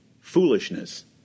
foolishness